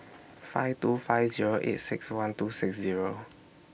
five two five Zero eight six one two six Zero